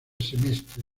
semestre